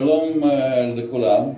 שלום לכולם.